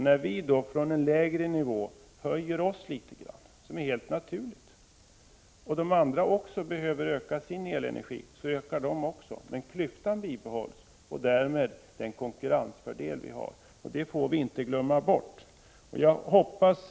När vi från en lägre nivå höjer något, vilket är helt naturligt, och man utomlands behöver öka sina priser på elenergi, så höjs ju priset även där, men klyftan bibehålls och därmed den konkurrensfördel vi har. Det får vi inte glömma bort. Herr talman!